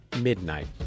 Midnight